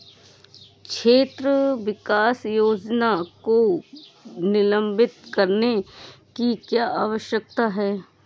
क्षेत्र विकास योजना को निलंबित करने की क्या आवश्यकता थी?